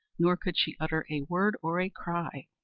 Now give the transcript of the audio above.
nor could she utter a word or a cry,